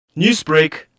Newsbreak